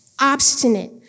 obstinate